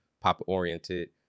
pop-oriented